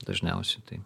dažniausi tai